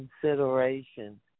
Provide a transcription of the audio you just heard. consideration